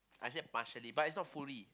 I say partially but it's not fully